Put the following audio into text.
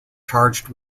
charged